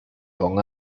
con